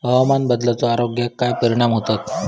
हवामान बदलाचो आरोग्याक काय परिणाम होतत?